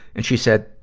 and she said,